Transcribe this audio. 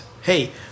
hey